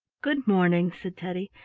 good-morning, said teddy.